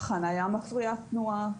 חנייה מפריעת תנועה,